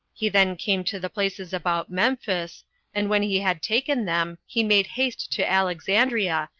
he then came to the places about memphis and when he had taken them, he made haste to alexandria,